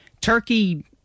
Turkey